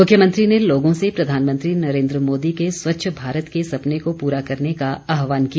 मुख्यमंत्री ने लोगों से प्रधानमंत्री नरेन्द्र मोदी के स्वच्छ भारत के सपने को पूरा करने का आहवान किया